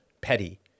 petty